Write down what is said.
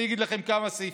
אני אגיד לכם מה הסעיפים.